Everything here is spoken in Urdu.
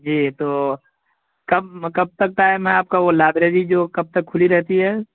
جی تو کب کب تک ٹائم ہے آپ کا وہ لائبری جو کب تک کھلی رہتی ہے